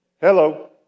Hello